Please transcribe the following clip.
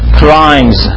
crimes